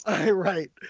right